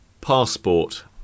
Passport